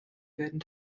werden